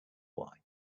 why